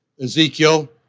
Ezekiel